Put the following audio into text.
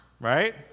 Right